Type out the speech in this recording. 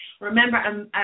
Remember